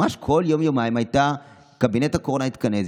ממש כל יום-יומיים קבינט הקורונה התכנס,